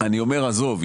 אני אומר עזוב,